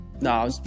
No